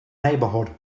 neighborhood